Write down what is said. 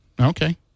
Okay